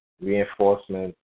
Reinforcement